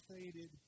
faded